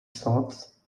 slots